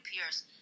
Pierce